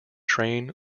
train